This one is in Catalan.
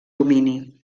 domini